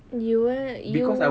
you were you